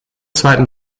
zweiten